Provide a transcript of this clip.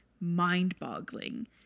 mind-boggling